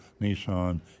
Nissan